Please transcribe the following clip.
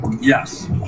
Yes